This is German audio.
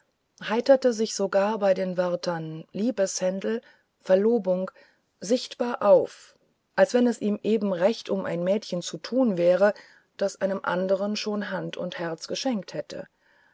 heiterte sich sogar bei den wörtern liebeshändel verlobung sichtbar auf als wenn es ihm eben recht um ein mädchen zu tun wäre das einem anderen schon hand und herz verschenkt hätte